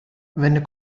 venne